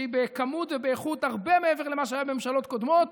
הם בכמות ובאיכות הרבה מעבר למה שהיה בממשלות קודמות.